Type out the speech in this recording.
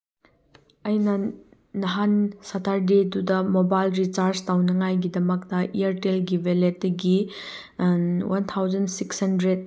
ꯑꯩꯅ ꯅꯍꯥꯟ ꯁꯇꯔꯗꯦꯗꯨꯗ ꯃꯣꯕꯥꯏꯜ ꯔꯤꯆꯥꯔꯖ ꯇꯧꯅꯤꯡꯉꯥꯏꯒꯤꯗꯃꯛꯇ ꯏꯌꯥꯔꯇꯦꯜꯒꯤ ꯚꯦꯂꯦꯠꯇꯒꯤ ꯋꯥꯟ ꯊꯥꯎꯖꯟ ꯁꯤꯛꯁ ꯍꯟꯗ꯭ꯔꯦꯗ